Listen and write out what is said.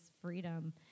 freedom